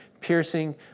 piercing